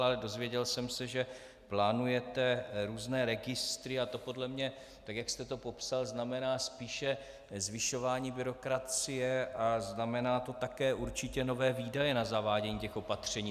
Ale dozvěděl jsem se, že plánujete různé registry, a to podle mě, tak jak jste to popsal, znamená spíše zvyšování byrokracie a znamená to také určitě nové výdaje na zavádění těch opatření.